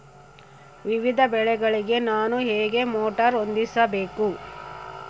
ವಿವಿಧ ಬೆಳೆಗಳಿಗೆ ನಾನು ಹೇಗೆ ಮೋಟಾರ್ ಹೊಂದಿಸಬೇಕು?